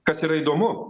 kas yra įdomu